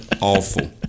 awful